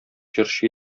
җырчы